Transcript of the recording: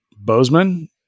Bozeman